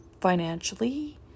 financially